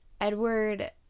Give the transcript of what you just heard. Edward